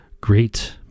Great